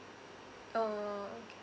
uh okay